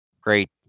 great